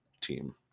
team